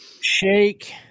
Shake